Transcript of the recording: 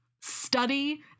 study